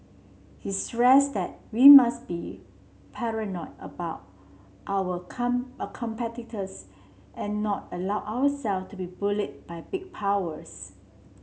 he stressed that we must be paranoid about our come and not allow our self to be bullied by big powers